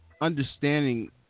understanding